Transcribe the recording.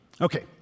okay